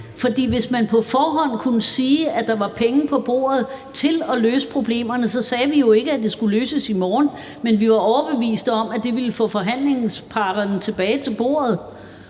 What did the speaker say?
hvis man på forhånd kunne sige, at der var penge på bordet til at løse problemerne, så ville vi jo ikke sige, at de skulle løses i morgen, men vi er overbeviste om, at det ville få forhandlingsparterne tilbage til bordet.